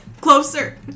Closer